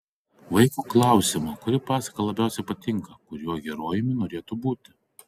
vaiko klausiama kuri pasaka labiausiai patinka kuriuo herojumi norėtų būti